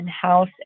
House